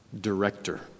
director